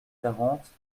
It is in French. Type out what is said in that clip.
quarante